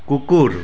কুকুৰ